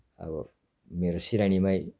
अब मेरो सिरानीमै